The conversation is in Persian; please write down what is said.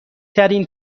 ترین